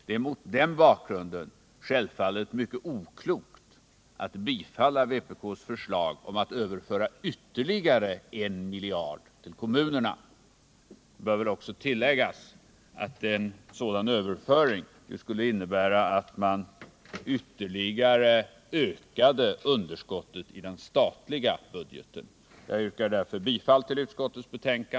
Det vore mot den bakgrunden självfallet mycket oklokt att bifalla vpk:s förslag om att överföra ytterligare en miljard till kommunerna. Det bör väl också tilläggas att en sådan överföring skulle innebära